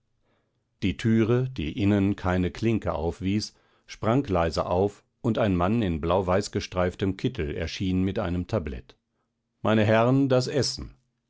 die türe die innen keine klinke aufwies sprang leise auf und ein mann in blauweißgestreiftem kittel erschien mit einem tablett meine herren das essen